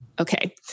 Okay